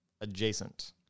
adjacent